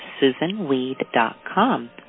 susanweed.com